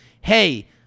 Hey